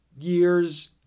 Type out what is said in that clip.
years